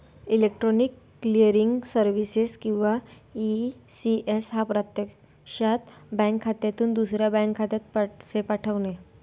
electronic clearing services किंवा ECS हा प्रत्यक्षात बँक खात्यातून दुसऱ्या बँक खात्यात पैसे पाठवणे